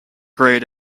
grayed